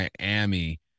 Miami